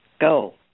Go